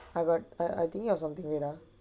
I got I I thinking of something wait ah